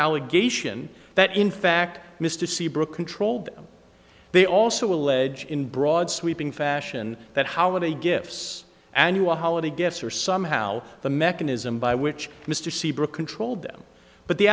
allegation that in fact mr seabrook controlled they also allege in broad sweeping fashion that holiday gifts annual holiday gifts are somehow the mechanism by which mr seabrook controlled them but the